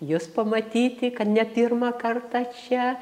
jus pamatyti kad ne pirmą kartą čia